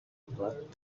plug